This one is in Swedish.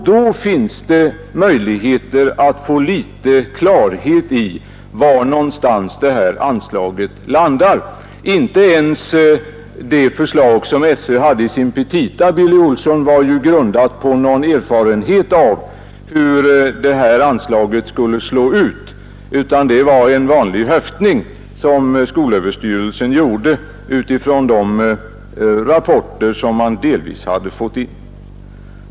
Då finns ett tillfälle att få litet klarhet i var någonstans det här anslaget landar. Inte ens det förslag som SÖ hade i sina petita, Billy Olsson, var ju grundat på någon erfarenhet av hur anslaget skulle slå ut, utan det var en höftning som skolöverstyrelsen gjorde utifrån de delrapporter som man hade fått in.